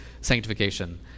sanctification